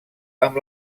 amb